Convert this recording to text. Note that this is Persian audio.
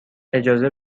اجازه